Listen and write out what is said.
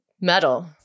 metal